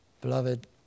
Beloved